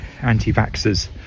anti-vaxxers